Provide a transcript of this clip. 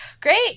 Great